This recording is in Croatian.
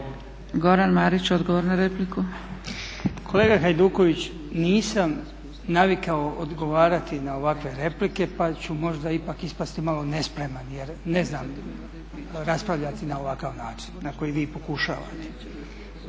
**Marić, Goran (HDZ)** Kolega Hajduković, nisam navikao odgovarati na ovakve replike, pa ću možda ipak ispasti malo nespreman jer ne znam raspravljati na ovakav način na koji vi pokušavate.